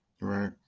Right